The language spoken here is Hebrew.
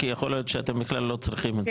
כי יכול להיות שאתם בכלל לא צריכים את זה.